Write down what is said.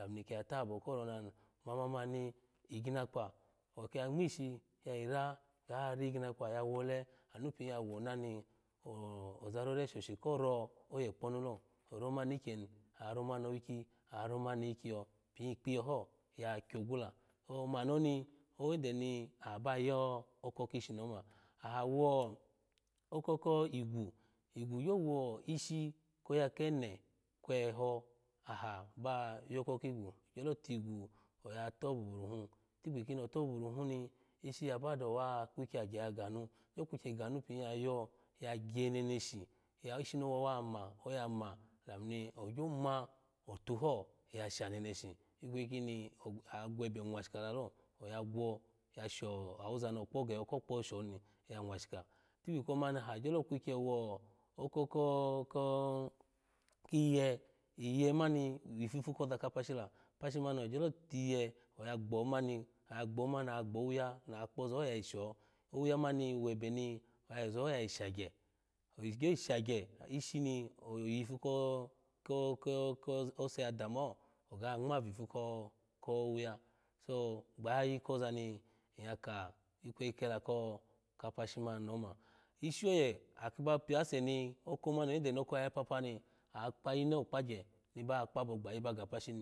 Olam ni kiya tabo ko rona ni mamamani igina kpa okiya ngmishi ga yira ga riginakpa yawo le anu pin ya wona ni aza rore shashi koro oyekponu lo oromani ikeyeni aro mani owikyi aro mani ikyiyo pin ikyeni aro mani owikyi aro mani ikyiyo pin ikpeyo ni aha ba ya oko kishi ni oma aha wo oko igwu igwu gyo wo ishi ni oma aha wo oko ko igwu igwu gyo wo ishi koya kene kwe eco aha ba yoko kigwu gyolo tigwu oya tobururu hun itikpi kino tobubu ra hun ni ishi yawaba no wa ku kyagye ganu gyo kukye ganu pin yayo ya gye neneshi ya ishini owa wa ma oya ma damu ni ogyo ma otuho ya sha neneshi ikweyi kini agwebe nwashika lalo oya gwo ya sho awoza ni okpo geho ko kpo shoni ya nwashika itikpi komani aha gyolo kwikye wo oko koko kiiye iye mani wifufu koza kapashi la apashi mani ogyo lo tiye oga gbomani oya gbomani agbo owuya na kpozaho yayi sho ouya mani webeni ayozaho yayi shagye ogyo yi shagye ishini oyifu ko ko ko ko ose ya dame ho oga ngma vifu ko ko owuya so gbayayi kozani in ya ka ikeyi kela ko ka pashi mani ni omo ishi oye aki ba pyaseni oko mani oyede ni oko mani yaya papani akpa yine okpa gye niba kpabo gbayi ba ga pashi ni.